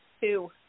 Two